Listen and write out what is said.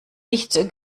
nicht